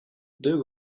deux